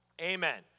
Amen